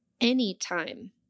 anytime